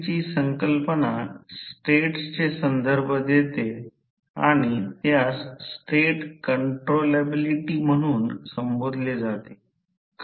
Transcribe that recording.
आमच्याकडे सध्या 500 KVA transformer KVA watt साठी विद्युत् प्रवाह आहे म्हणूनच वॅट च्या बाबतीत शक्ती हवी असेल तर